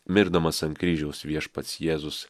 mirdamas ant kryžiaus viešpats jėzus